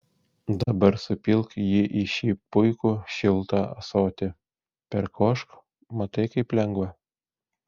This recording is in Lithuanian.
dabar supilk jį į šį puikų šiltą ąsotį perkošk matai kaip lengva